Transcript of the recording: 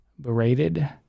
berated